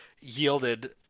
yielded